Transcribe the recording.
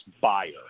buyer